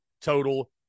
total